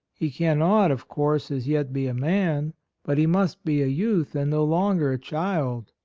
he can not, of course, as yet be a man but he must be a youth and no longer a child,